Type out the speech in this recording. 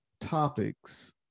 topics